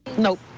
no,